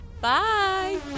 Bye